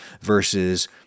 versus